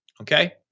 Okay